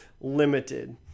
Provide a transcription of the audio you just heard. limited